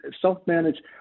self-managed